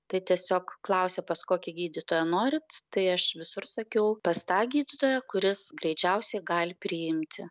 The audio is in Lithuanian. tai tiesiog klausė pas kokį gydytoją norit tai aš visur sakiau pas tą gydytoją kuris greičiausiai gali priimti